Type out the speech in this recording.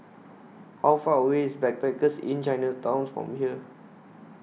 How Far away IS Backpackers Inn Chinatown's from here